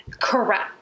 Correct